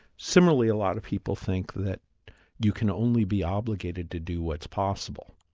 similarly a lot of people think that you can only be obligated to do what's possible.